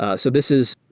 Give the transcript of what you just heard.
ah so this is,